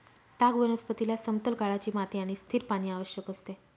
ताग वनस्पतीला समतल गाळाची माती आणि स्थिर पाणी आवश्यक असते